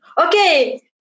Okay